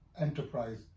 enterprise